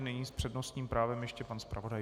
Nyní s přednostním právem ještě pan zpravodaj.